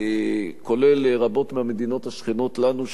כולל רבות מהמדינות השכנות לנו,